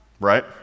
right